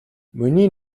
миний